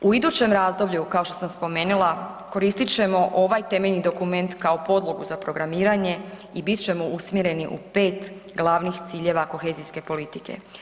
U idućem razdoblju kao što sam spomenula koristit ćemo ovaj temeljni dokument kao podlogu za programiranje i bit ćemo usmjereni u pet glavnih ciljeva kohezijske politike.